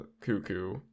Cuckoo